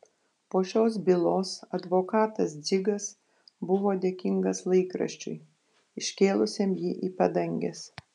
po šios bylos advokatas dzigas buvo dėkingas laikraščiui iškėlusiam jį į padanges